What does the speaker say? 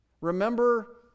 Remember